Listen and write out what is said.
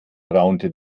raunte